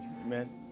Amen